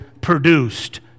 produced